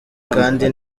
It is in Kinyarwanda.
kandi